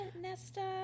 nesta